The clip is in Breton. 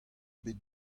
bet